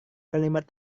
kalimat